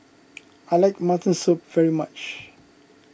I like Mutton Soup very much